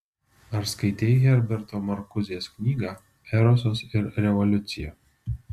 ar skaitei herberto markuzės knygą erosas ir revoliucija